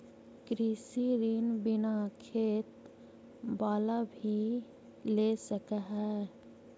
कृषि ऋण बिना खेत बाला भी ले सक है?